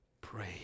pray